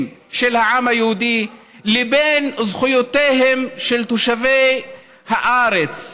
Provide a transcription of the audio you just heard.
של העם היהודי לבין זכויותיהם של תושבי הארץ,